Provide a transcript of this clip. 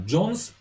Jones